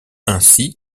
ainsi